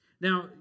Now